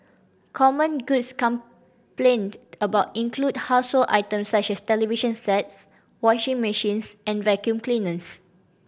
common goods complained about include household items such as television sets washing machines and vacuum cleaners